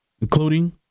including